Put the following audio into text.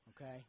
Okay